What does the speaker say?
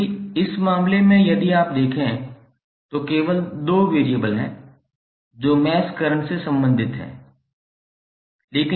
जैसे इस मामले में यदि आप देखें तो केवल 2 चर हैं जो मेश करंट से संबंधित हैं